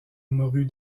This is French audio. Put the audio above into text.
morue